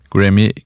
Grammy